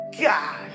God